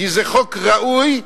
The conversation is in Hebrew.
כי זה חוק ראוי,